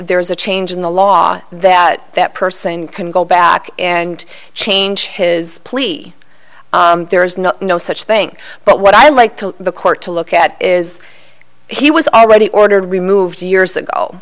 there is a change in the law that that person can go back and change his plea there is not no such thing but what i like to the court to look at is he was already ordered removed years ago